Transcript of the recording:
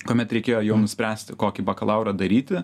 kuomet reikėjo jau nuspręsti kokį bakalaurą daryti